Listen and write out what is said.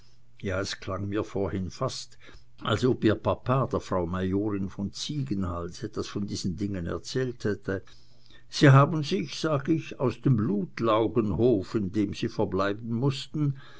es klang mir vorhin fast als ob ihr papa der frau majorin von ziegenhals etwas von diesen dingen erzählt hätte sie haben sich sag ich aus dem blutlaugenhof in dem sie verbleiben mußten